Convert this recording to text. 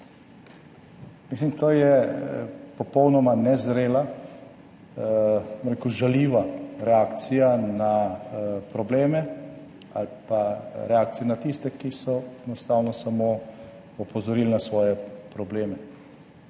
Mislim, to je popolnoma nezrela, bom rekel žaljiva reakcija na probleme ali pa reakcije na tiste, ki so enostavno samo opozorili na svoje probleme.